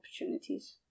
opportunities